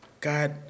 God